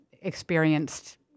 experienced